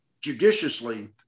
judiciously